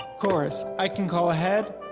course, i can call ahead.